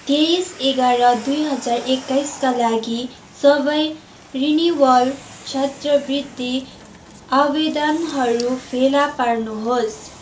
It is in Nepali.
तेइस एघार दुई हजार एक्काइसका लागि सबै रिनिवल छात्रवृत्ति आवेदनहरू फेला पार्नुहोस्